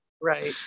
right